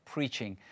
Preaching